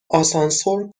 آسانسور